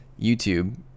YouTube